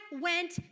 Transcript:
went